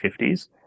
1950s